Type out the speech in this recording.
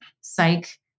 psych